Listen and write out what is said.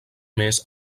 més